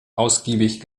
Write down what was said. ausgiebig